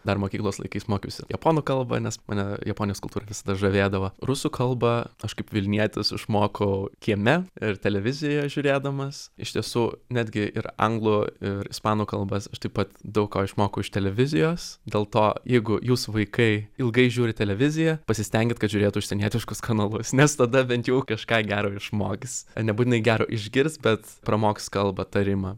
dar mokyklos laikais mokiausi japonų kalbą nes mane japonijos kultūra visada žavėdavo rusų kalbą aš kaip vilnietis išmokau kieme ir televiziją žiūrėdamas iš tiesų netgi ir anglų ir ispanų kalbas aš taip pat daug ko išmokau iš televizijos dėl to jeigu jūsų vaikai ilgai žiūri televiziją pasistenkit kad žiūrėtų užsienietiškus kanalus nes tada bent jau kažką gero išmokys nebūtinai gero išgirs bet pramoks kalbą tarimą